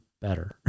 better